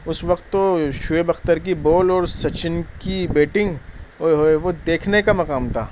اس وقت تو شعیب اختر کی بال اور سچن کی بیٹنگ اوئے ہوئے وہ دیکھنے کا مقام تھا